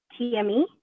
TME